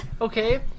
Okay